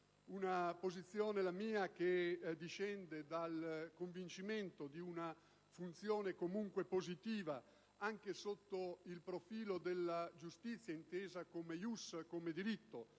Una posizione, la mia, che discende dal convincimento di una funzione, comunque, positiva, anche sotto il profilo della giustizia intesa come *ius*, come diritto,